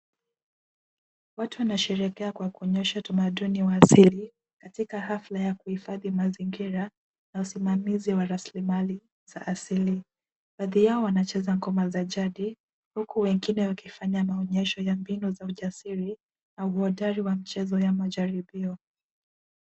Watu wanasherehekea kwa kuonyesha tamaduni ya asili katika hafla ya kuhifadhi mazingira na usimamizi wa rasilimali za asili. Baadhi yao wanacheza ngoma za jadi huku wengine wakifanya maonyesho ya mbinu za ujasiri na uhodari wa mchezo wa majaribio.